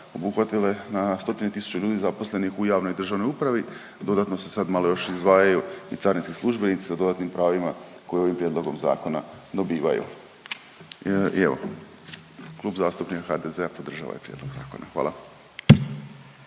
obuhvatile na stotina tisuća ljudi zaposlenih u javnoj i državnoj upravi, dodatno se sad malo još izdvajaju i carinski službenici sa dodatnim pravima koje ovim prijedlogom zakona dobivaju. I evo Klub zastupnika HDZ-a podržava ovaj prijedlog zakona. Hvala.